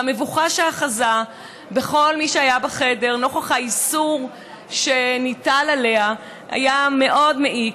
והמבוכה שאחזה בכל מי שהיה בחדר נוכח האיסור שהוטל עליה היה מאוד מעיק.